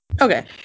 okay